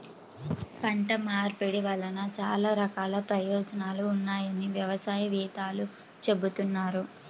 పంట మార్పిడి వలన చాలా రకాల ప్రయోజనాలు ఉన్నాయని వ్యవసాయ వేత్తలు చెబుతున్నారు